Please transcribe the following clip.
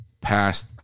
past